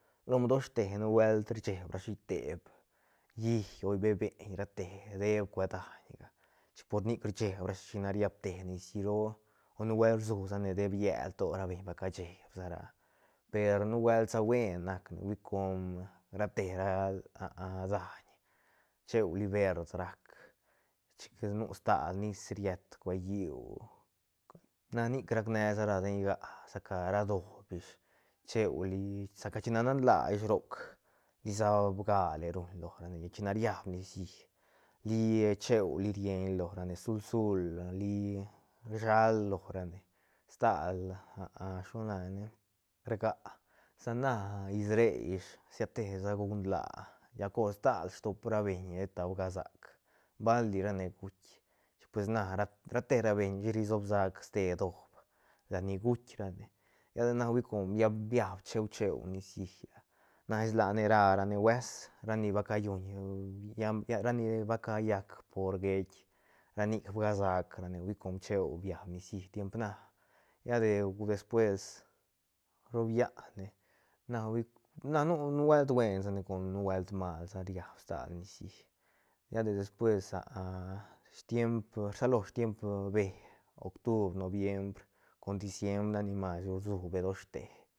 Lom doshte nubuelt rcheb rashi rteb llí o bebeiñ rate deeb cue daiñga chic por nic rcheb rashi china riapte nicií roo o nubuelt rsu sane deep llel to ra beiñ ba cascheb sa ra per nubuelt sa buen nacne com rate ra daiñ cheuli verd rac chic nu stal nis riet cue lliú na nic racne sa ra ten gia ra doob ish cheuli sa ca chine nan laa roc lisa bigale ruñ lorane china riab nicií li cheuli rienñ lorane zul zul li rshal lorane stal shilo la ne ne rgá sa na is re ish siatesa guc nlaa lla cor stal stoob ra beñ sheta bgasac balirane guitk pues na ra te rabeñ ri sob sac ste ra doob la ni guitk rane lla de na com biab biab cheu cheu nicií na eslane ra ra ne hues ra ni va callun ra ni va callac por geitk ra nic bga sacrane hui com cheu biad nicií tiemp na lla deu despues roob llane na hui na nu- nubuelt buen sane com nubuelt mal sane riab stal nicií lla de despues stiem rsalo stiem bee octubr noviembr con diciembr nac ni mas ru rsu bee doshte.